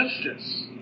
justice